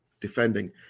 defending